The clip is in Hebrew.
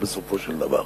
בסופו של דבר.